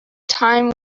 time